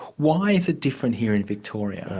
why is it different here in victoria?